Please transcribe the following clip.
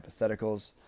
hypotheticals